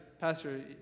pastor